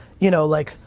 you know, like,